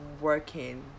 working